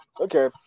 Okay